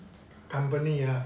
company ah